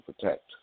protect